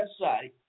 website